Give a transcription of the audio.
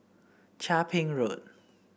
Chia Ping Road